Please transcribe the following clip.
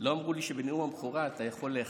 לא אמרו לי שבנאום הבכורה אתה יכול להיחנק,